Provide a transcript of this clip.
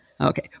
Okay